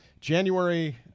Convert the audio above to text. January